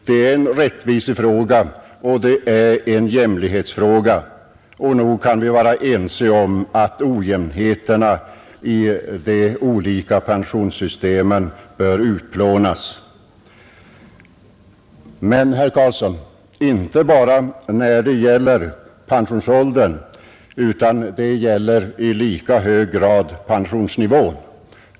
Det är en rättvisefråga och en jämlikhetsfråga, och nog kan vi vara ense om att ojämnheterna i de olika pensionssystemen bör utplånas. Men, herr Carlsson, det gäller inte bara pensionsåldern utan i lika hög grad pensionsnivån.